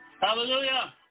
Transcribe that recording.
Hallelujah